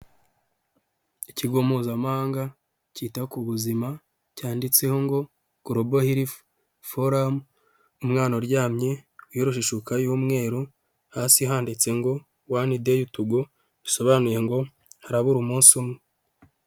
Ikigo mpuzamahanga cyita ku buzima cyanditseho ngo" gorobo herifu foramu," umwana uryamye, wiyoroshe ishuka y'umweru, hasi handitse ngo "wani deyi tugo," bisobanuye ngo harabura umunsi umwe.